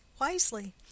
wisely